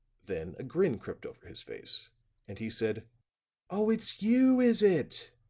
then a grin crept over his face and he said oh, it's you, is it?